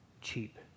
cheap